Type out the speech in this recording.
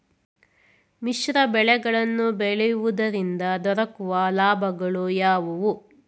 ಮಿಶ್ರ ಬೆಳೆಗಳನ್ನು ಬೆಳೆಯುವುದರಿಂದ ದೊರಕುವ ಲಾಭಗಳು ಯಾವುವು?